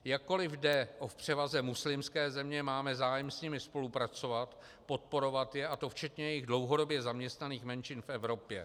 Jakkoliv jde v převaze o muslimské země, máme zájem s nimi spolupracovat, podporovat je, a to včetně jejich dlouhodobě zaměstnaných menšin v Evropě.